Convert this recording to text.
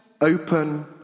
open